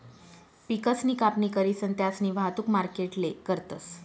पिकसनी कापणी करीसन त्यास्नी वाहतुक मार्केटले करतस